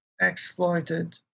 exploited